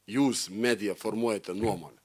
jūs media formuojate nuomonę